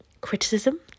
criticism